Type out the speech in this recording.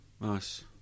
nice